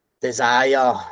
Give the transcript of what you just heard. desire